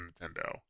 Nintendo